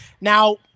Now